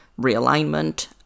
realignment